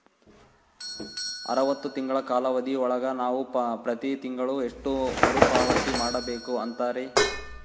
ಅರವತ್ತು ತಿಂಗಳ ಕಾಲಾವಧಿ ಒಳಗ ನಾವು ಪ್ರತಿ ತಿಂಗಳು ಎಷ್ಟು ಮರುಪಾವತಿ ಮಾಡಬೇಕು ಅಂತೇರಿ?